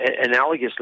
analogously